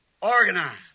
Organize